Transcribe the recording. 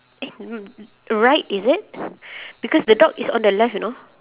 eh mm right is it because the dog is on the left you know